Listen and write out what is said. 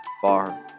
far